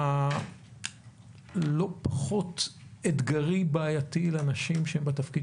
לא פחות אתגרי-בעייתי לאנשים שהם בתפקיד